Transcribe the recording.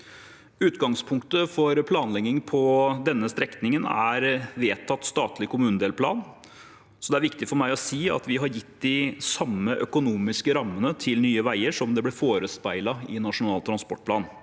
Utgangspunktet for planlegging på denne strekningen er vedtatt statlig kommunedelplan, så det er viktig for meg å si at vi har gitt de samme økonomiske rammene til Nye veier som det ble forespeilet i Nasjonal transportplan.